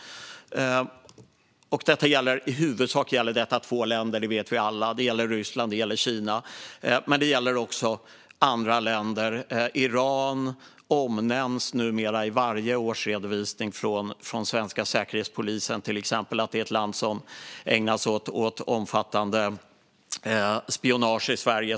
Detta gäller i huvudsak två länder; det vet vi alla. Det gäller Ryssland, och det gäller Kina. Men det gäller också andra länder. Iran omnämns numera i varje årsredovisning från till exempel Säkerhetspolisen som ett land som ägnar sig åt omfattande spionage i Sverige.